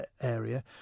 area